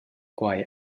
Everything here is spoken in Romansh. quai